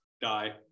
die